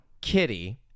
Kitty